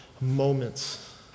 moments